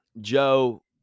Joe